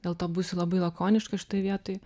dėl to būsiu labai lakoniška šitoj vietoj